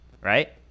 right